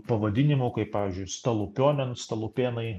pavadinimų kaip pavyzdžiui stalupionen stalupėnai